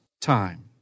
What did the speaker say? time